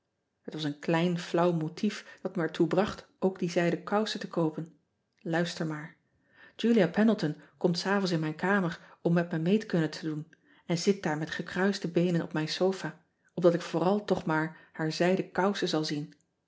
et was een klein flauw motief dat me er toe bracht ook die zijden kousen te koopen uister maar ulia ean ebster adertje angbeen endleton komt s avonds in mijn kamer om met me meetkunde te doen en zit daar met gekruiste beenen op mijn sofa opdat ik vooral toch maar haar zijden kousen zal zien